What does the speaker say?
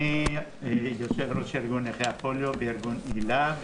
אני יושב-ראש ארגון נכי הפוליו וארגון היל"ה,